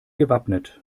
gewappnet